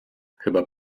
chyba